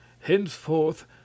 henceforth